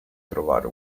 trovare